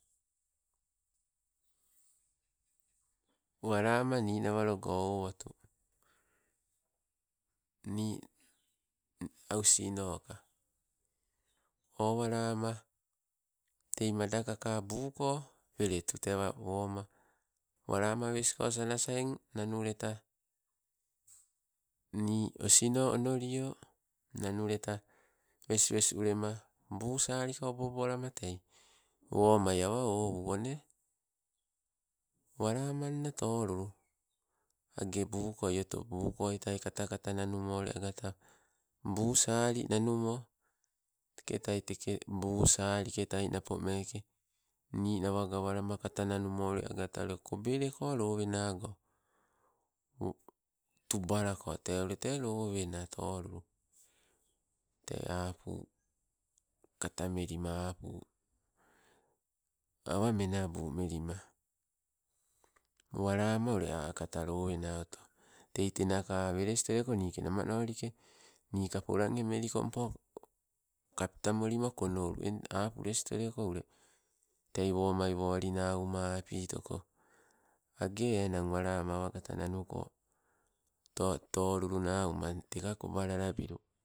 Walama ninawalogo owatu nii osinoka o walama tei madakaka buuko weletu tee woma walama wesnisgo sanasa eng nanu leta nii osino onolio. Nanuleta wes wes ulema buu salika obo obo alama tei womai awa ou, o ne walamanna tolulu. Age buukoi oto, buu koi ta kata kata kata nanumo ule agata buu sali nanumo. Teke tai teke buu salike tai napo meke ninawa gawalama, kata nanumo ule nanumo agata ule kobeleko lowenago, tubalako. Te ule te lowena tolulu te apu katamelima apu awa menabu melima walama ule a' agata oto. Tei tenaka welestoleko nike namanolike, niika polano melikompo kapta molima konnolu, tei womai woli nauma apitoko ageu walama awagata nanuko to tolulu nauma eng teka kobalalabilu